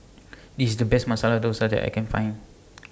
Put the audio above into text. IS The Best Masala Dosa that I Can Find